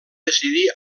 decidir